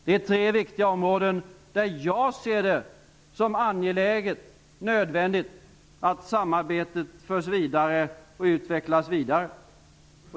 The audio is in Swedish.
Detta är tre viktiga områden där jag ser det som angeläget och nödvändigt att samarbetet förs vidare och utvecklas vidare.